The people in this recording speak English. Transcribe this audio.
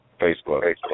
Facebook